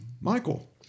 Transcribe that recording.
Michael